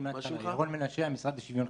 רחוק מהיכולות המקצועיות שלכם.